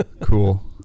Cool